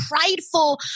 prideful